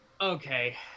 Okay